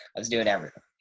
i was doing everything.